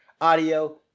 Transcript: audio